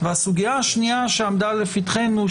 והסוגיה השנייה שעמדה לפתחנו,